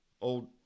old